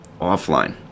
offline